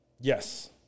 Yes